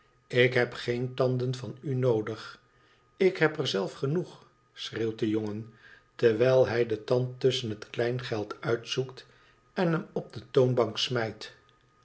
ik heb geen tanden van u noodig ik heb er zelf genoeg schreeuwt de jongen terwijl hij den tand tusschen het kleingeld uitzoekt en hem op de toonbank smijt